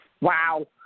Wow